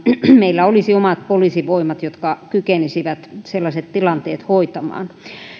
meillä olisi omat poliisivoimat jotka kykenisivät sellaiset tilanteet hoitamaan